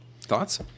Thoughts